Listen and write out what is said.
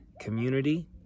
community